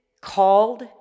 called